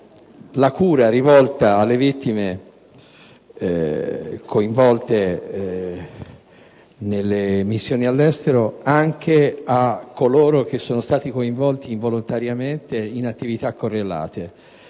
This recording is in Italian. rivolta alle vittime coinvolte nelle missioni all'estero oltre che a coloro che sono stati coinvolti involontariamente in attività correlate